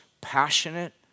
passionate